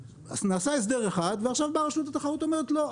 נעשה הסדר אחד ועכשיו באה רשות התחרות ואומרת: לא,